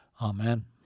Amen